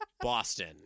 Boston